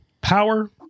power